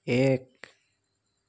এক